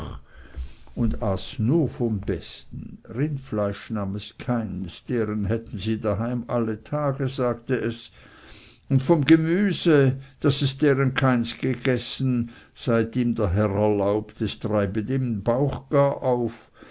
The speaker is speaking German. und aß nur vom besten rindfleisch nahm es keins deren hätten sie daheim alle tage sagte es und vom gemüse daß es deren keins gegessen seit ihm der herr erlaubt es treibe ihm den bauch gar auf